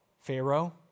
Pharaoh